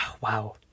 Wow